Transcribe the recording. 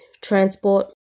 transport